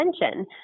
attention